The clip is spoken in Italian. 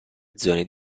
zone